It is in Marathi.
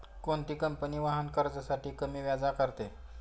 कोणती कंपनी वाहन कर्जासाठी कमी व्याज आकारते?